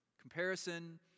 comparison